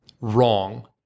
wrong